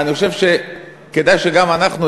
אני חושב שכדאי שגם אנחנו,